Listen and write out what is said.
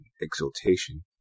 exultation